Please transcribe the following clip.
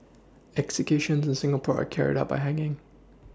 executions in Singapore are carried out by hanging